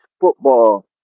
football